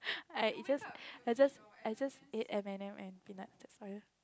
I it just I just I just eat M and M and peanut just now